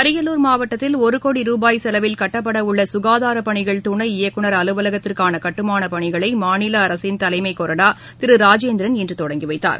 அரியலூர் மாவட்டத்தில் ஒரு கோடி ரூபாய் செலவில் கட்டப்படவுள்ள சுகாதாரப்பணிகள் துணை இயக்குனர் அலுவலகத்திற்கான கட்டுமானப்பணிகளை மாநில அரசின் தலைமை கொறடா திரு ராஜேந்திரன் இன்று தொடங்கிவைத்தார்